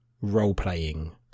role-playing